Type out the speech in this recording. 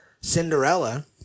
Cinderella